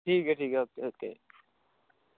ठीक ऐ ठीक ऐ ओके ओके